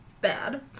Bad